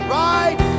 right